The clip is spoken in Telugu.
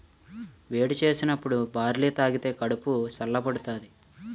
వేడి సేసినప్పుడు బార్లీ తాగిదే కడుపు సల్ల బడతాది